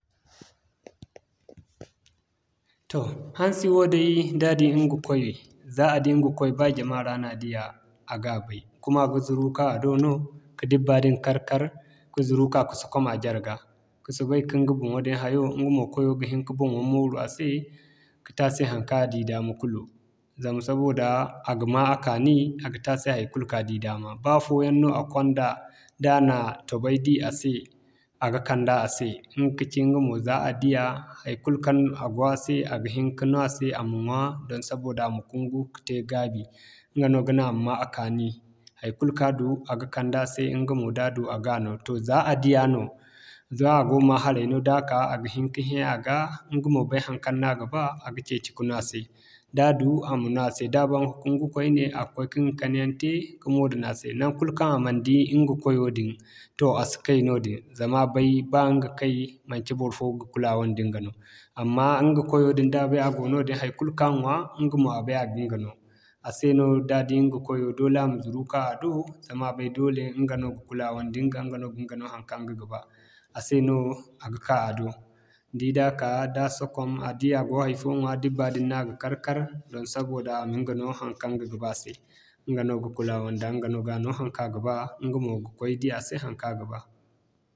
Toh hansi wo day da di ɲga koy za a di ɲga koy ba jama ra a ga bay. Kuma a ga zuru ka a do no, ka dibba din kar-kar, ka zuru ka ka sokom a jarga ka soobay ka ɲga boŋo din hayo ɲga mo kwayo ga hin ka boŋo mooru a se, ka te a se haŋkaŋ a di daama kulu. Zama sabida, a ga ma a kaani ta se haikulu kaŋ a di dama ba fooyaŋ no a konda, da na tobey di a se a ga kanda a se ɲga kaci ɲga mo za a diya, haikulu kaŋ go a se a ga hini ka no a se a ma ɲwa, doŋ sabida a ma kungu ka te gaabi. Ɲga no ga naŋ a ma'ma a kaani haikulu kaŋ a du, a ga kanda a se ɲga mo da du a ga no toh za a diya no, za a go ma haray no da ka, a ga hin ka hẽ a ga, ɲga mo bay haŋkaŋ no a ga ba, a ga ceeci ka no a se. Da du, a ma no a se da baŋ ka kungu koyne, a ga koy ka ɲga kani yaŋ te ka moo daŋ a se naŋkul kaŋ a man di ɲga koyo din toh a si kay noodin zama a bay, ba ɲga kay, manci barfo ga kulawa da ɲga no. Amma ɲga kwayo din da bay a go noodin haikulu kaŋ a ɲwaa, ɲga mo a bay a gin ga no a se no da di ɲga kwayo doole a ma zuru ka a do, zama a bay doole ɲga no ga kulawa da ɲga, ɲga no ginga no haŋkaŋ ɲga ga ba. A se no, a ga ka a do ni di da kaa, da sokom a di a go hay'fo ŋwa dibba din no a ga kar-kar don sabida a ma ɲga no haŋkaŋ ɲga gaba se ɲga no ga kulawa nda ɲga no ga no haŋkaŋ a ga ba ɲga mo ga koy di haŋkaŋ a ga ba.